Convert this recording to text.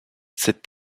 cette